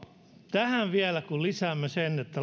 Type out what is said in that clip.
tähän vielä kun lisäämme sen että